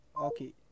okay